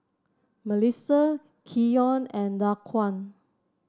Mellissa Keon and Daquan